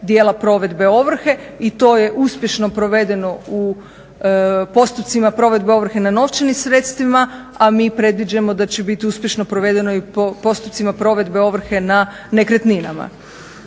dijela provedbe ovrhe. I to je uspješno provedeno u postupcima provedbe ovrhe na novčanim sredstvima a mi predviđamo da će biti uspješno provedeno i postupcima provedbe ovrhe na nekretninama.